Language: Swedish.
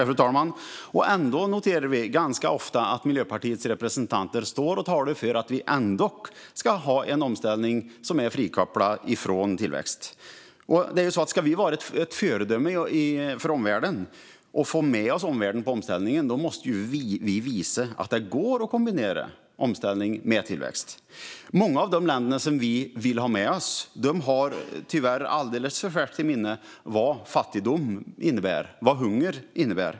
Fru talman! Ändå noterar vi ganska ofta att Miljöpartiets representanter talar om att vi ska ha en omställning som är frikopplad från tillväxt. Men ska vi vara ett föredöme för omvärlden och få med oss omvärlden i omställningen måste vi visa att det går att kombinera omställning med tillväxt. Många av de länder vi vill ha med oss har tyvärr alldeles för färskt i minne vad fattigdom och hunger innebär.